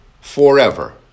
forever